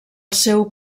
seu